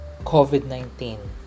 COVID-19